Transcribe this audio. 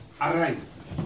arise